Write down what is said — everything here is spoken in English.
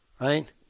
right